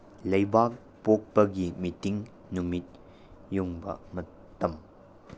ꯂꯩꯕꯥꯛ ꯄꯣꯛꯄꯒꯤ ꯃꯤꯇꯤꯡ ꯅꯨꯃꯤꯠ ꯌꯨꯡꯕ ꯃꯇꯝ